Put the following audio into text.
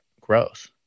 growth